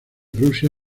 rusia